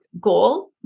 goal